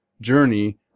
journey